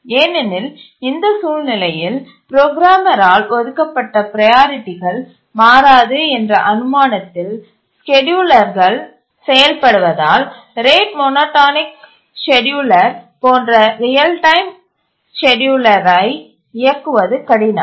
ஏனெனில் இந்த சூழ்நிலையில் புரோகிராமரால் ஒதுக்கப்பட்ட ப்ரையாரிட்டிகள் மாறாது என்ற அனுமானத்தில் ஸ்கேட்யூலர்கள் செயல்படுவதால் ரேட் மோனோடோனிக் ஸ்கேட்யூலர் போன்ற ரியல் டைம் ஸ்கேட்யூலரை இயக்குவது கடினம்